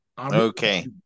Okay